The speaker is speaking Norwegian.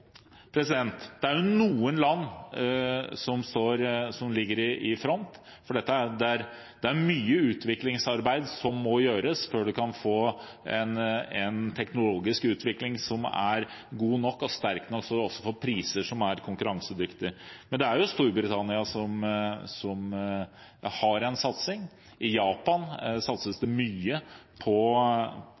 front, og det er mye utviklingsarbeid som må gjøres før vi kan få en teknologisk utvikling som er god nok og sterk nok og også til priser som er konkurransedyktige. Storbritannia har en satsing, i Japan satses det mye på